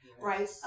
right